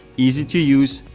easy to use,